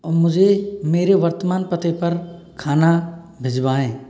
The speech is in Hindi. और मुझे मेरे वर्तमान पते पर खाना भिजवाएँ